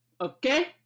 okay